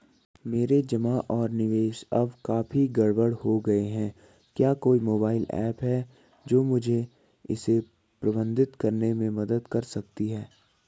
मेरे जमा और निवेश अब काफी गड़बड़ हो गए हैं क्या कोई मोबाइल ऐप है जो मुझे इसे प्रबंधित करने में मदद कर सकती है?